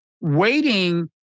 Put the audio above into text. waiting